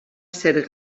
ser